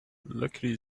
luckily